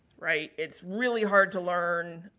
right. it's really hard to learn